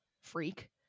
freak